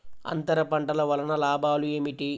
అంతర పంటల వలన లాభాలు ఏమిటి?